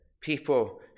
people